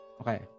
Okay